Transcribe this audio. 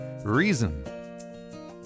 reason